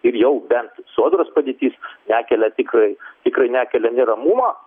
ir jau bent sodros padėtis nekelia tikrai tikrai nekelia neramumo